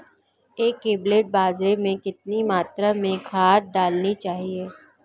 एक क्विंटल बाजरे में कितनी मात्रा में खाद डालनी चाहिए?